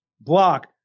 block